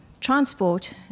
transport